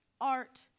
art